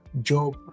job